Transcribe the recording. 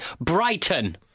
Brighton